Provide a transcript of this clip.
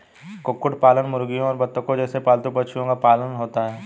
कुक्कुट पालन मुर्गियों और बत्तखों जैसे पालतू पक्षियों का पालन होता है